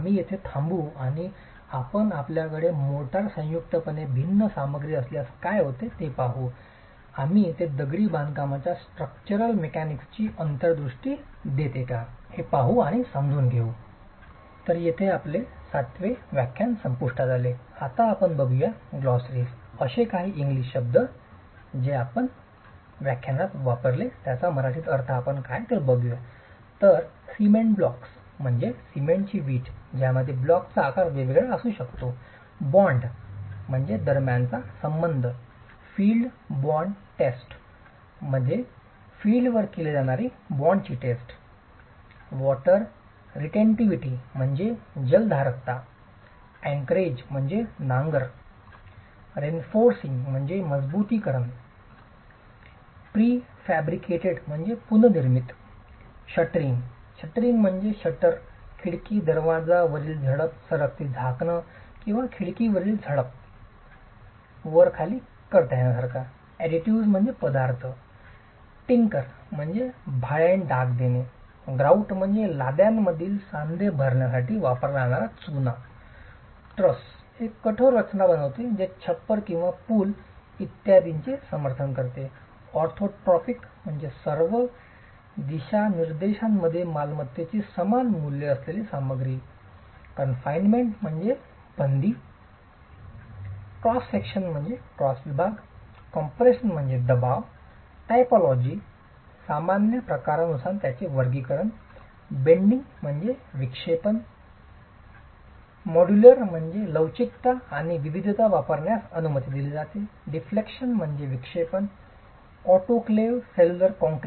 तर आम्ही येथे थांबवू आणि आपण आपल्याकडे मोर्टार संयुक्तमध्ये भिन्न सामग्री असल्यास काय होते ते पाहू आम्ही ते दगडी बांधकामाच्या स्ट्रक्चरल मेकॅनिक्सची अंतर्दृष्टी देते का